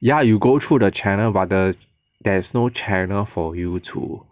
ya you go through the channel but the there's no channel for you to